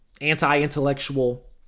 anti-intellectual